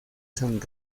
san